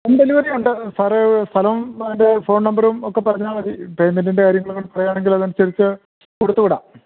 home delivery ഉണ്ട് സാറേ സ്ഥലവും അതിൻ്റെ ഫോൺ നമ്പരും ഒക്കെ പറഞ്ഞാൽ മതി പെയ്മെൻറ്റിൻ്റെ കാര്യങ്ങൾ പറയുകയാണെങ്കിൽ അത് അനുസരിച്ച് കൊടുത്തു വിടാം